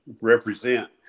Represent